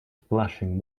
splashing